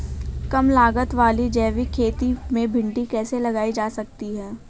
कम लागत वाली जैविक खेती में भिंडी कैसे लगाई जा सकती है?